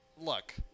look